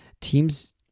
Teams